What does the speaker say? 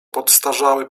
podstarzały